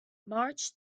march